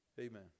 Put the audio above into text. Amen